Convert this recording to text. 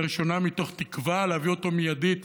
ראשונה מתוך תקווה להביא אותו מיידית